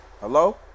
Hello